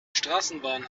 straßenbahn